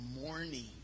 morning